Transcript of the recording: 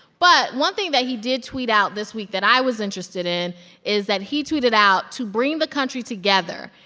but one thing that he did tweet out this week that i was interested in is that he tweeted out, to bring the country together,